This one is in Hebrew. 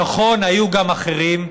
נכון, היו גם אחרים,